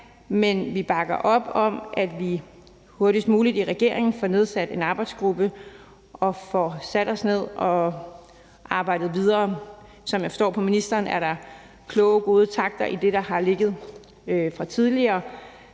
men vi bakker op om, at vi i regeringen hurtigst muligt får nedsat en arbejdsgruppe, og at vi får sat os ned og arbejdet videre. Som jeg forstår på ministeren, er der kloge og gode takter i det, der har ligget fra tidligere,